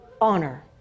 honor